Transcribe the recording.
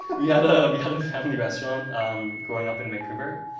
but we and we had a family restaurant um growing up in vancouver,